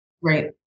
Right